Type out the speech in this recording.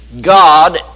God